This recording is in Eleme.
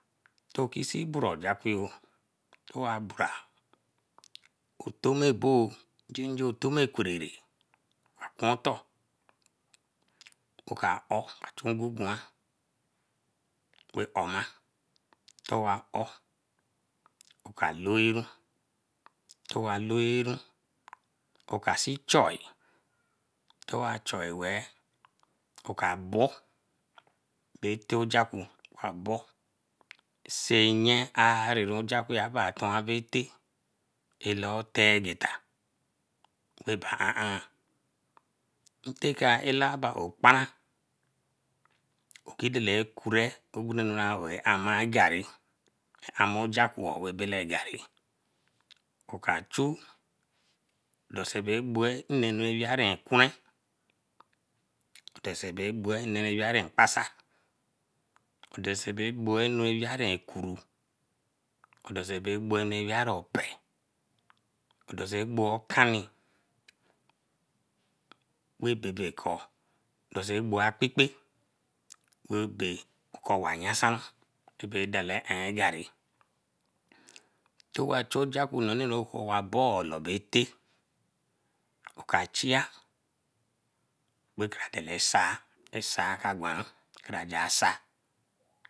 Toki seen bura ojakpo, weeh abura. Otamebo, ofeme ekwerere akun otor, oka or. Atungu jua weeh orma, towa or oka loiru, Oka see choe towa choe weeh, oka bor teh ojakpo oka bor seenye aru ojakpo abah atoraru ate aloor oteh-geta rah bae ahn ahn teh bra ila bra own kparan oku dele kure ogunlero aran garri, oka chu looso bo gbowe innenu weey weeri equen, doso bae weeri mpasa, doso bae weeri ekuru, doso bae weeri opee. Doso agbor okanni, weeh bae ke kor doso agbor okenpay weeh bae ko owayasanra tobe dele ahn garri. Towa chu ojakpo nonee wa boor labo ate, oka chia ra kara dele sai, e sai ka gwan kara gen sai.